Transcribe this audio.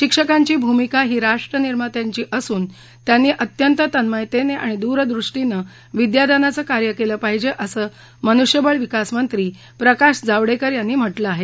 शिक्षकांची भूमिका ही राष्ट्रनिर्मात्याची असून त्यांनी अत्यंत तन्मयतेनं आणि दूरदृष्टीनं विद्यादानाचं कार्य केलं पाहिजे असं मनुष्यबळ विकासमंत्री प्रकाश जावडेकर यांनी म्हटलं आहे